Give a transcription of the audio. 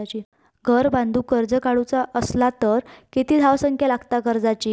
घर बांधूक कर्ज काढूचा असला तर किती धावसंख्या लागता कर्जाची?